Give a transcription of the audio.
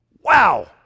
Wow